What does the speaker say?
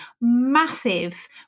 massive